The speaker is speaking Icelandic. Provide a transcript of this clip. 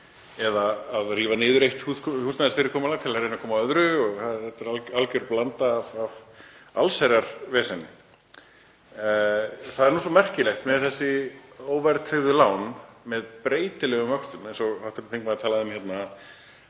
eða rífa niður eitt húsnæðisfyrirkomulag til að reyna að koma öðru á. Þetta er alger blanda af allsherjarveseni. Það er svo merkilegt með þessi óverðtryggðu lán með breytilegum vöxtum, eins og hv. þingmaður talaði um hérna,